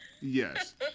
Yes